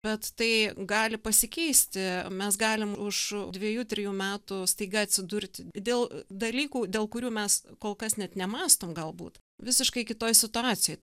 bet tai gali pasikeisti mes galim už dviejų trijų metų staiga atsidurti dėl dalykų dėl kurių mes kol kas net nemąstom galbūt visiškai kitoj situacijoj